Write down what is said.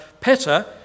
Petter